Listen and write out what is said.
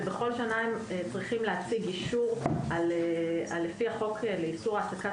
שהם צריכים להציג בכל שנה אישור לפי החוק לאיסור העסקת